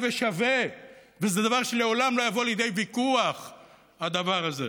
אחיי ורעיי לארץ הזאת, הדרוזים: